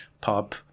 pop